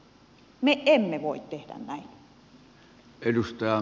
me emme voi tehdä näin